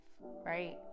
right